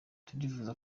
turifuza